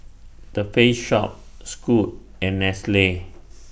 The Face Shop Scoot and Nestle